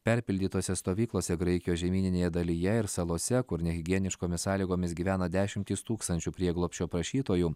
perpildytose stovyklose graikijos žemyninėje dalyje ir salose kur nehigieniškomis sąlygomis gyvena dešimtys tūkstančių prieglobsčio prašytojų